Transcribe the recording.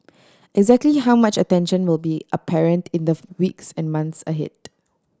exactly how much attention will be apparent in the weeks and months ahead